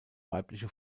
weibliche